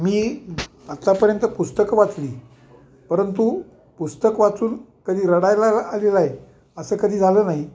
मी आतापर्यंत पुस्तकं वाचली परंतु पुस्तक वाचून कधी रडायला ला आलेलंय असं कधी झालं नाही